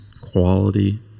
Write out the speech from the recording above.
Quality